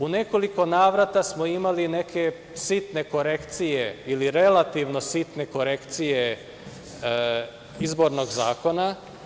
U nekoliko navrata smo imali neke sitne korekcije ili relativno sitne korekcije izbornog zakona.